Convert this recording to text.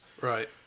Right